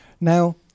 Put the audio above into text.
Now